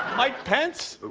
mike pence?